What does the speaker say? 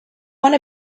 one